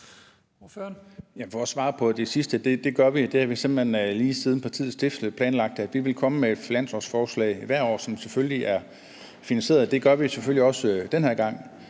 jeg sige, at det gør vi. Vi har simpelt hen lige siden partiets stiftelse planlagt, at vi ville komme med et finanslovsforslag hvert år, som selvfølgelig er finansieret. Det gør vi selvfølgelig også den her gang.